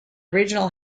regional